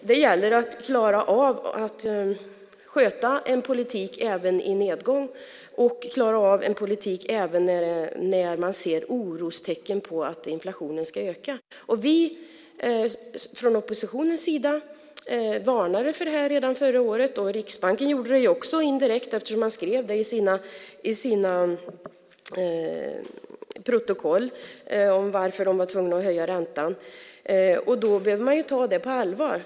Det gäller att klara av att sköta en politik även i nedgång, även när man ser orostecken på att inflationen ska öka. Vi i oppositionen varnade för det här redan förra året, och Riksbanken gjorde det också indirekt, eftersom man skrev i sina protokoll varför man var tvungen att höja räntan. Då måste man ta det på allvar.